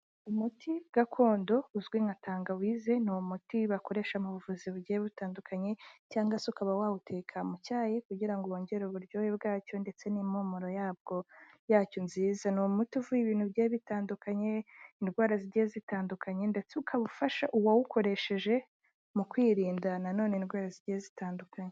Umuti gakondo uzwi nka tangawizi, ni umuti bakoresha mu buvuzi bugiye butandukanye, cyangwa se ukaba wawuteka mu cyayi kugira ngo wongere uburyohe bwacyo, ndetse n'impumuro yabwo yacyo nziza, ni umuti uvura ibintu bigiye bitandukanye, indwara zigiye zitandukanye, ndetse ukaba ufasha uwawukoresheje mu kwirinda nanone indwara zigiye zitandukanye.